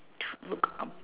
look up